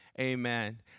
amen